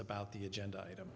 about the agenda item